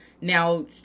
now